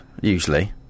usually